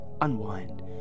unwind